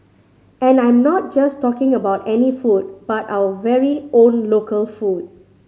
and I'm not just talking about any food but our very own local food